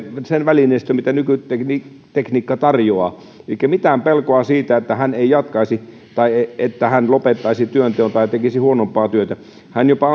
sen välineistön mitä nykytekniikka nykytekniikka tarjoaa ei ole mitään pelkoa siitä että hän ei jatkaisi tai että hän lopettaisi työnteon tai tekisi huonompaa työtä hän jopa